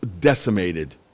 decimated